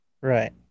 Right